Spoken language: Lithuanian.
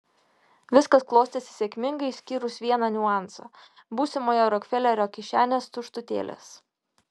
viskas klostėsi sėkmingai išskyrus vieną niuansą būsimojo rokfelerio kišenės tuštutėlės